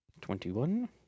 twenty-one